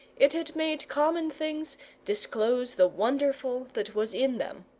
it had made common things disclose the wonderful that was in them.